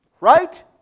right